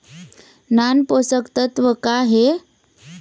नान पोषकतत्व का हे?